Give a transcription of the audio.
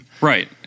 Right